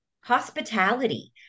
hospitality